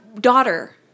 daughter